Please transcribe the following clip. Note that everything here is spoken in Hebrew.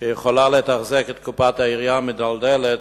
שיכולה לתחזק את קופת העירייה המידלדלת,